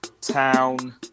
Town